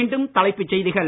மீண்டும்தலைப்புச் செய்திகள்